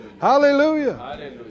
Hallelujah